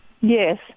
Yes